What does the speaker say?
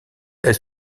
elle